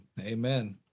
Amen